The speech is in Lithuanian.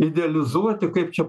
idealizuoti kaip čia